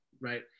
Right